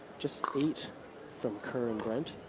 just eight from kerr and brent.